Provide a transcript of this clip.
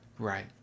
Right